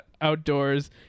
outdoors